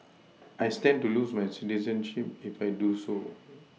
I stand to lose my citizenship if I do so